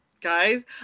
Guys